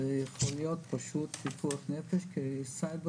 זה יוכל להיות פשוט פיקוח נפש כי סייבר